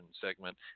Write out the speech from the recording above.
segment